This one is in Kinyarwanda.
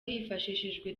hifashishijwe